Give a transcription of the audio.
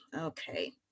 okay